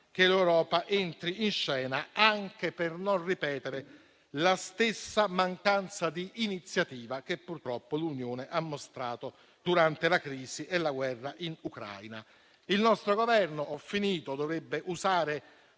che l'Europa entri in scena anche per non ripetere la stessa mancanza di iniziativa che purtroppo l'Unione ha mostrato durante la crisi e la guerra in Ucraina. Il nostro Governo dovrebbe usare